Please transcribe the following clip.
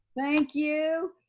thank you,